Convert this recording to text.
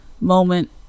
moment